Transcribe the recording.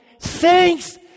thanks